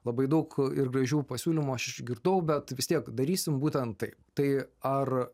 labai daug ir gražių pasiūlymų aš išgirdau bet vis tiek darysim būtent taip tai ar